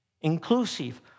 inclusive